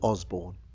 Osborne